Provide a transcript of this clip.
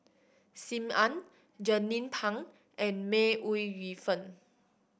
Sim Ann Jernnine Pang and May Ooi Yu Fen